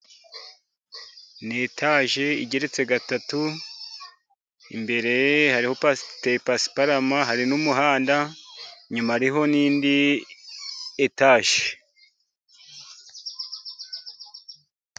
Ni etaje igeretse gatatu, imbere hariho pasiparama, hari n'umuhanda inyuma hariho n'indi etaje.